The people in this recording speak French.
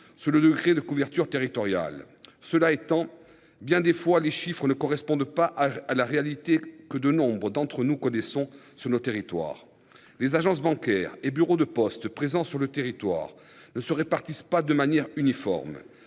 sur le degré de couverture territoriale. Cela étant bien des fois les chiffres ne correspondent pas à la réalité que de nombres d'entre nous connaissons sur nos territoires les agences bancaires et bureaux de poste présents sur le territoire ne se répartissent pas de manière uniforme.